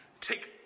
take